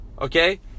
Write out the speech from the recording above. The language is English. okay